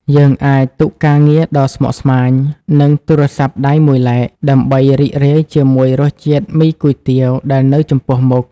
យើងអាចទុកការងារដ៏ស្មុគស្មាញ និងទូរស័ព្ទដៃមួយឡែក ដើម្បីរីករាយជាមួយរសជាតិមីគុយទាវដែលនៅចំពោះមុខ។